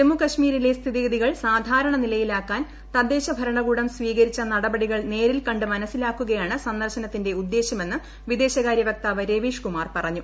ജമ്മു കശ്മീരിലെ സ്ഥിതിഗതികൾ സാധാരണ നിലയിലാക്കാൻ തദ്ദേശ ഭരണകൂടം സ്വീകരിച്ച നടപടികൾ നേരിൽക്കണ്ട് മനസ്സിലാക്കുകയാണ് സന്ദർശനത്തിന്റെ ഉദ്ദേശ്യമെന്ന് വിദേശകാര്യ വക്താവ് രവീഷ് കുമാർ പറഞ്ഞു